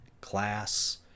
class